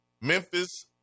Memphis